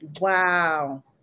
Wow